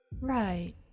Right